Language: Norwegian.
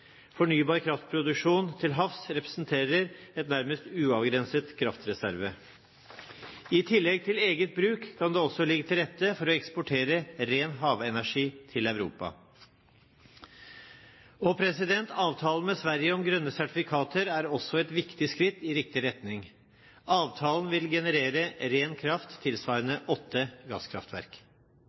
Fornybar kraftproduksjon til havs representerer en nærmest uavgrenset kraftreserve. I tillegg til eget bruk kan det også ligge til rette for å eksportere ren havenergi til Europa. Avtalen med Sverige om grønne sertifikater er også et viktig skritt i riktig retning. Avtalen vil generere ren kraft tilsvarende åtte gasskraftverk.